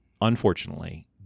unfortunately